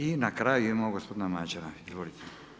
I na kraju imamo gospodina Madjera, izvolite.